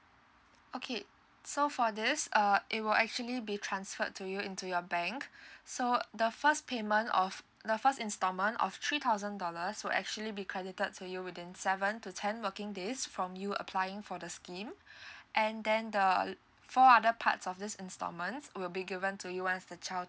okay so for this uh it will actually be transferred to you into your bank so the first payment of the first instalment of three thousand dollars will actually be credited to you within seven to ten working days from you applying for the scheme and then the four other parts of this installments will be given to you once the child